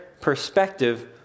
perspective